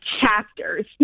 chapters